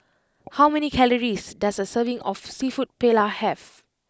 how many calories does a serving of Seafood Paella have